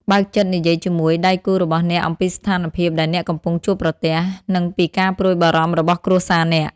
បើកចិត្តនិយាយជាមួយដៃគូរបស់អ្នកអំពីស្ថានភាពដែលអ្នកកំពុងជួបប្រទះ និងពីការព្រួយបារម្ភរបស់គ្រួសារអ្នក។